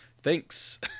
thanks